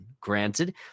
granted